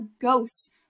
ghosts